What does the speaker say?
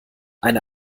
eine